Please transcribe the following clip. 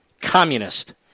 communist